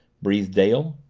breathed dale.